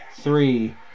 three